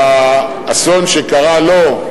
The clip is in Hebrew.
האסון שקרה לו,